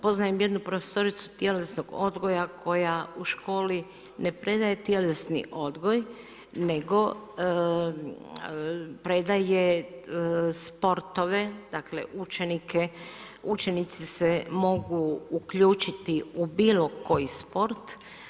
Poznajem jednu profesoricu tjelesnog odgoja koja u školi ne predaje tjelesni odgoj nego predaje sportove, dakle učenici se mogu uključiti u bilo koji sport.